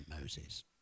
Moses